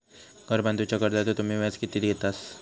घर बांधूच्या कर्जाचो तुम्ही व्याज किती घेतास?